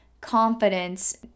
confidence